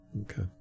Okay